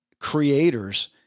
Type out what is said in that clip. creators